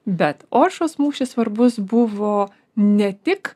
bet oršos mūšis svarbus buvo ne tik